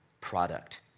product